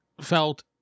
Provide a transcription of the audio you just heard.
felt